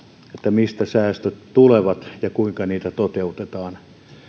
mistä säästöt tulevat ja kuinka niitä toteutetaan